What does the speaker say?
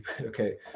okay